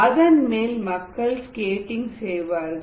அதன் மேல் மக்கள் ஸ்கேட்டிங் செய்வார்கள்